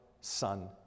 Son